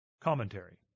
Commentary